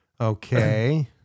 Okay